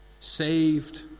saved